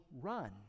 run